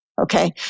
okay